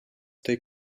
they